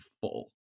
full